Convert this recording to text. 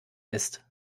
ist